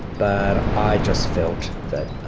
but i just felt that,